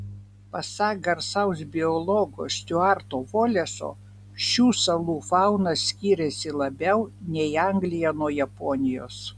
pasak garsaus biologo stiuarto voleso šių salų fauna skiriasi labiau nei anglija nuo japonijos